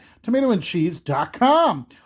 Tomatoandcheese.com